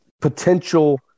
potential